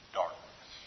darkness